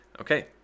Okay